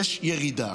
יש ירידה.